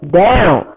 down